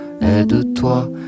aide-toi